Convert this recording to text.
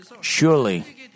surely